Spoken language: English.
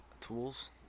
tools